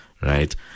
right